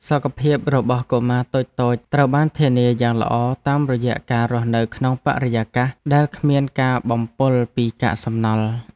សុខភាពរបស់កុមារតូចៗត្រូវបានធានាយ៉ាងល្អតាមរយៈការរស់នៅក្នុងបរិយាកាសដែលគ្មានការបំពុលពីកាកសំណល់។